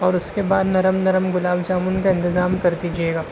اور اس کے بعد نرم نرم گلاب جامن کا انتظام کر دیجیے گا